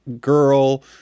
girl